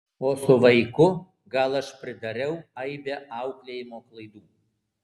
o su vaiku gal aš pridariau aibę auklėjimo klaidų